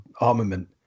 armament